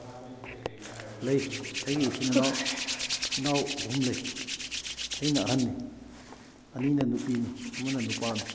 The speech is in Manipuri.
ꯂꯩ ꯑꯩꯒꯤ ꯏꯆꯤꯜ ꯏꯅꯥꯎ ꯏꯅꯥꯎ ꯑꯍꯨꯝ ꯂꯩ ꯑꯩꯅ ꯑꯍꯟꯅꯤ ꯑꯅꯤꯅ ꯅꯨꯄꯤꯅꯤ ꯑꯃꯅ ꯅꯨꯄꯥꯅꯤ